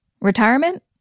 Retirement